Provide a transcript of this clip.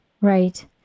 right